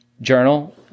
journal